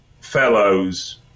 fellows